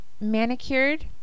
manicured